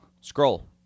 Scroll